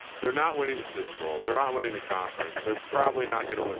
they're not winning the super bowl. they're not winning the conference. they're probably not gonna win.